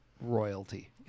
royalty